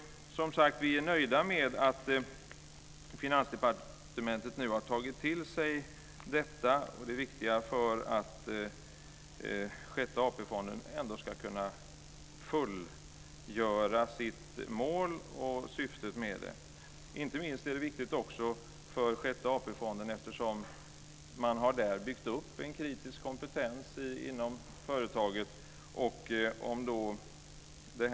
Vi är nöjda med att Finansdepartementet nu har tagit till sig detta. Det är viktigt för att Sjätte AP fonden ska kunna fullgöra sitt syfte och nå sitt mål. Inte minst är det viktigt därför att man har byggt upp en kompetens inom Sjätte AP-fonden.